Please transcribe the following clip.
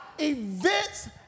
events